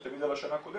זה תמיד על השנה הקודמת,